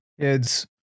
kids